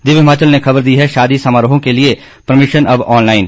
दिव्य हिमाचल ने खबर दी है शादी समारोंहों के लिए परमिशन अब ऑनलाइन